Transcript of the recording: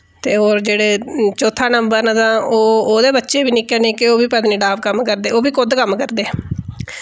ते और जेह्ड़े चौथा नंबर न तां ओ ओह्दे बच्चे बी निक्के निक्के ओह् बी पत्नीटाप कम्म करदे ओह् बी कुद्ध कम्म करदे